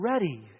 ready